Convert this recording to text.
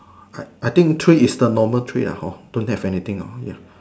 I I think tree is the normal tree uh hor don't have anything hor ya